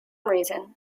reason